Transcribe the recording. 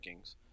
rankings